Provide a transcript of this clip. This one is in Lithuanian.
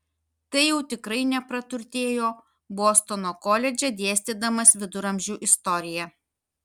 tai jau tikrai nepraturtėjo bostono koledže dėstydamas viduramžių istoriją